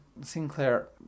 Sinclair